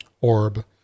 orb